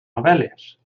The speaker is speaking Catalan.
novel·les